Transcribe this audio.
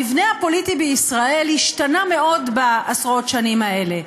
המבנה הפוליטי בישראל השתנה מאוד בעשרות השנים האלה: